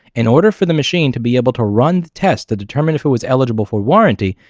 in order for the machine to be able to run the test to determine if it was eligible for warranty,